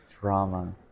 Drama